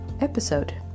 episode